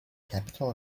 capital